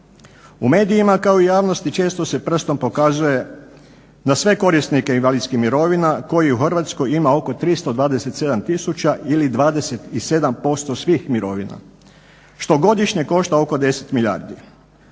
U medijima kao i u javnosti često se prstom pokazuje na sve korisnike invalidskih mirovina kojih u Hrvatskoj ima oko 327 tisuća ili 27% svih mirovina što godišnje košta oko 10 milijardi.